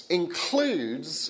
includes